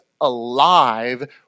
alive